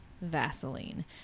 Vaseline